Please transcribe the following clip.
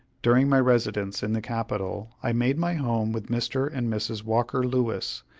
during my residence in the capital i made my home with mr. and mrs. walker lewis,